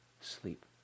sleep